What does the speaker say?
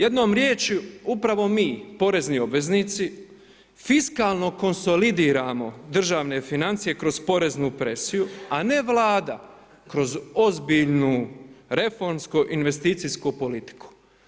Jednom riječju, upravo mi, porezni obveznici, fiskalno konsolidiramo državne financije kroz poreznu presiju, a ne Vlada kroz ozbiljnu reformsko investicijsku politiku.